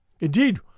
Indeed